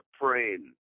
praying